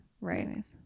right